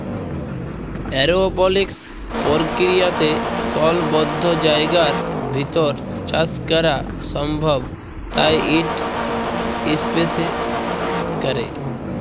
এরওপলিক্স পর্কিরিয়াতে কল বদ্ধ জায়গার ভিতর চাষ ক্যরা সম্ভব তাই ইট ইসপেসে ক্যরে